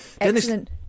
Excellent